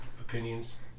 opinions